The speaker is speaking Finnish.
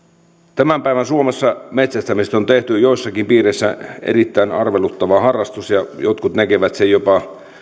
tämän päivän suomessa metsästämisestä on tehty joissakin piireissä erittäin arveluttava harrastus jotkut näkevät sen